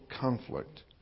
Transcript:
conflict